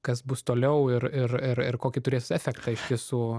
kas bus toliau ir ir ir ir kokį turės efektą iš tiesų